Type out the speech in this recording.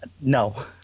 No